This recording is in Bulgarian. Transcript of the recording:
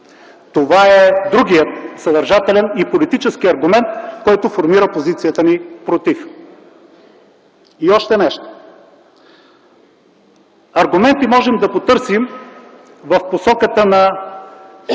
Това е другият съдържателен и политически аргумент, който формира позицията ни „против”. Още нещо. Аргументи можем да потърсим в посоката на